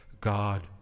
God